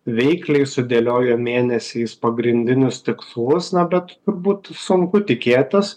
veikliai sudėliojo mėnesiais pagrindinius tikslus na bet turbūt sunku tikėtis